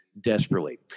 desperately